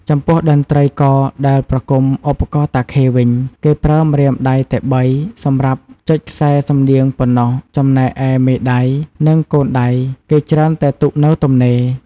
ចំពោះតន្ត្រីករដែលប្រគំឧបករណ៍តាខេវិញ គេប្រើម្រាមដៃតែបី សម្រាប់ចុចខ្សែសំនៀងប៉ុណ្ណោះ ចំណែកឯមេដៃ និងកូនដៃគេច្រើនតែទុកនៅទំនេរ។